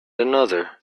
another